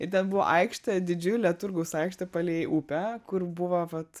ir ten buvo aikštė didžiulė turgaus aikštė palei upę kur buvo vat